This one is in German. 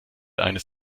eines